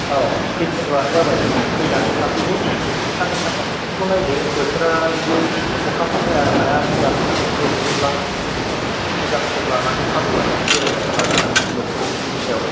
औ फैग्रोबानो जाबाय नोङो फैनानै थाफैदो साननै सानथाम बोथोरखौ नायदो बोथोरा जुदि अखाफोर हाया माया मोजां सान्दुंफोर ददुङोब्ला मोजां सम लानानै खाबु लानानै बेराय जागोन आरोना बोथोरनि सायाव